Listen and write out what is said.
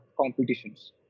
competitions